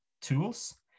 tools